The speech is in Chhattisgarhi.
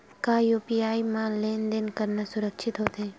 का यू.पी.आई म लेन देन करना सुरक्षित होथे?